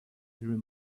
through